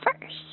first